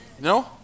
No